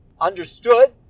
understood